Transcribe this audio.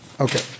Okay